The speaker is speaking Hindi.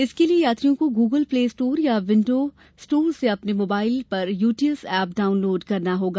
इसके लिए यात्रियों को गूगल प्ले स्टोर या विंडो स्टोर से अपने मोबाइल पर यूटीएस एप डाउनलोड करना होगा